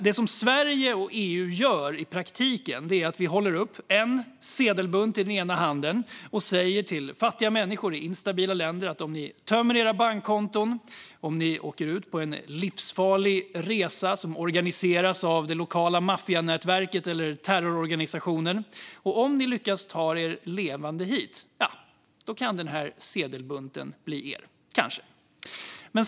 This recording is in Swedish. Det Sverige och EU gör i praktiken är att hålla upp en sedelbunt i ena handen och säga till fattiga människor i instabila länder att om ni tömmer era bankkonton, åker i väg på en livsfarlig resa som organiseras av det lokala maffianätverket eller terrororganisationen och lyckas ta er levande hit, ja, då kan den här sedelbunten bli er - kanske.